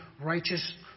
righteous